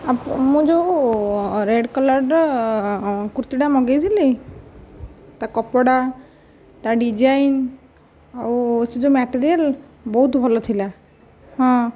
ମୁଁ ଯୋଉ ରେଡ୍ କଲର୍ର କୁର୍ତ୍ତୀଟା ମଗେଇଥିଲି ତା କପଡ଼ା ତା ଡିଜାଇନ ଆଉ ସେ ଯେଉଁ ମ୍ୟାଟେରିଆଲ ବହୁତ ଭଲ ଥିଲା ହଁ